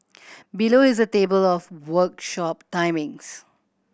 below is a table of workshop timings